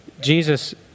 Jesus